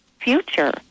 future